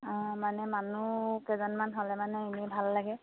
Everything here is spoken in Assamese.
অঁ মানে মানুহ কেইজনমান হ'লে মানে এনেই ভাল লাগে